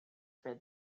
for